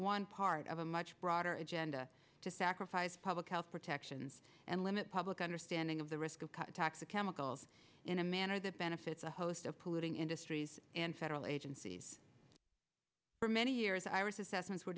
one part of a much broader agenda to sacrifice public health protections and limit public understanding of the risk of tax of chemicals in a manner that benefits a host of polluting industries and federal agencies for many years i was assessments were